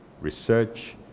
Research